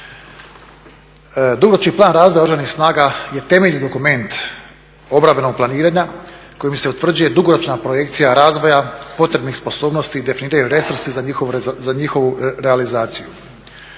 Dugoročni plan razvoja Oružanih snaga je temeljni dokument obrambenog planiranja kojim se utvrđuje dugoročna projekcija razvoja, potrebnih sposobnosti i definiraju resursi za njihovu realizaciju.